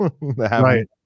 Right